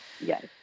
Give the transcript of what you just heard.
Yes